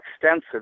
extensive